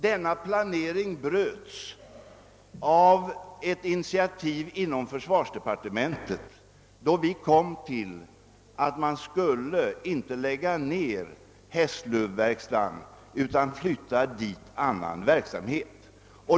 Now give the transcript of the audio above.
Denna planering bröts av ett initiativ inom försvarsdepartementet, då vi fann att man inte borde lägga ned Hässlöverkstaden, utan flytta dit annan verksamhet.